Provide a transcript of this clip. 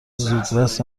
زودرس